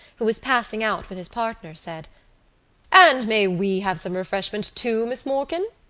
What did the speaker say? who was passing out with his partner, said and may we have some refreshment, too, miss morkan?